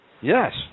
Yes